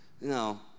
No